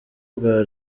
bwa